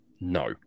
no